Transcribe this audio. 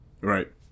Right